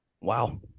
Wow